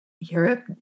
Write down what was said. Europe